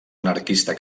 anarquista